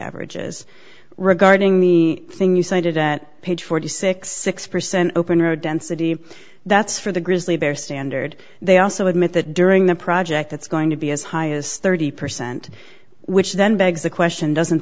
average is regarding me thing you cited at page forty six six percent open road density that's for the grizzly bear standard they also admit that during the project that's going to be as high as thirty percent which then begs the question doesn't